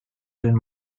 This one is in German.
den